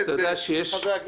חבר הכנסת סמוטריץ.